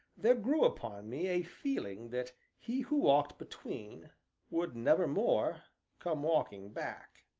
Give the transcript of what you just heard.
there grew upon me a feeling that he who walked between would nevermore come walking back.